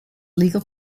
legal